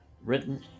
written